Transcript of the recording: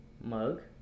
mug